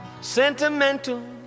sentimental